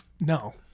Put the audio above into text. No